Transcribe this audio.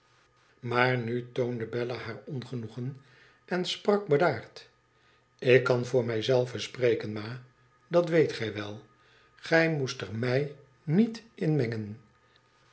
maar nu toonde bella haar ongenoegen en sprak bedaard ik kan voor mij zelve spreken ma dat weet gij wel gij moest er my niet in mengen